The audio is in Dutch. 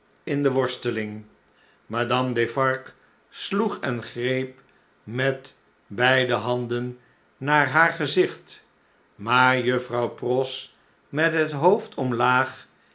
in de worsteling madame defarge sloeg en greep met beide handen naar haar gezicht maar juffrouw pross met het hoofd omlaag